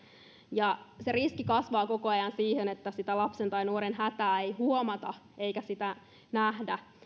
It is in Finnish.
ja riski siihen kasvaa koko ajan että sitä lapsen tai nuoren hätää ei huomata eikä sitä nähdä